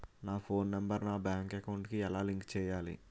నా phone number నా bank account కి ఎలా లింక్ చేయాలి?